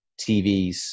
TVs